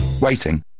Waiting